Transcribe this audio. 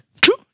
True